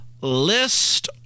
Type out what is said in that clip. list